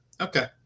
Okay